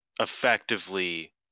effectively